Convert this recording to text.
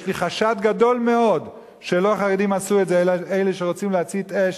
יש לי חשד גדול מאוד שלא חרדים עשו את זה אלא אלה שרוצים להצית אש.